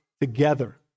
together